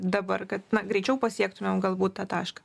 dabar kad na greičiau pasiektumėm galbūt tašką